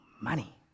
money